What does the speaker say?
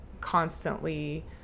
constantly